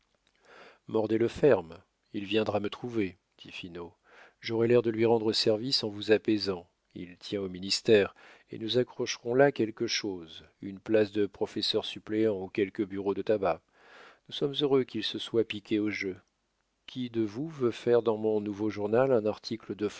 de poignard mordez le ferme il viendra me trouver dit finot j'aurai l'air de lui rendre service en vous apaisant il tient au ministère et nous accrocherons là quelque chose une place de professeur suppléant ou quelque bureau de tabac nous sommes heureux qu'il se soit piqué au jeu qui de vous veut faire dans mon nouveau journal un article de